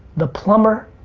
the plumber,